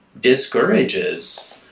discourages